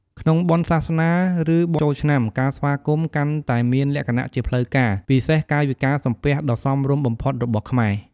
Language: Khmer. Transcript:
នៅកន្លែងធ្វើការ ការសួរសុខទុក្ខចៅហ្វាយនាយ ឬមិត្តរួមការងារក៏ជាស្វាគមន៍មួយដែរ ហើយជួយរក្សាភាពចុះសម្រុងល្អ។